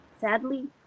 Sadly